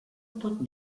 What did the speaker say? pot